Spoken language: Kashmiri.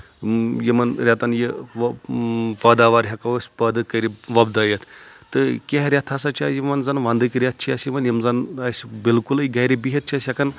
یِمن رؠتن یہِ پٲداوار ہؠکو أسۍ پٲدٕ کٔرِتھ وۄپدٲیِتھ تہٕ کینٛہہ رؠتھ ہسا چھِ یِمن زن ونٛدٕکۍ رؠتھ چھِ اَسہِ یِوان یِم زن اَسہِ بالکلٕے گرِ بِہِتھ چھِ أسۍ ہؠکان